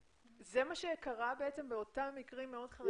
מה שקרה באותם מקרים מאוד חריגים?